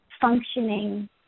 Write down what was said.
functioning